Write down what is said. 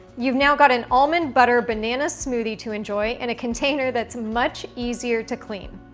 you've now got an almond butter banana smoothie to enjoy and a container that's much easier to clean.